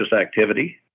activity